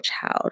child